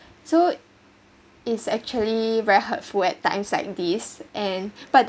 so it's actually very hurtful at times like this and but